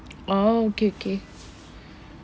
oh K K